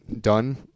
done